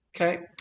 okay